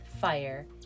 fire